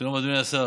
שלום, אדוני השר.